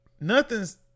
nothing's